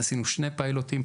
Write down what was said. עשינו שני פיילוטים.